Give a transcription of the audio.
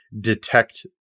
detect